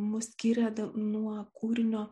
mus skiria daug nuo kūrinio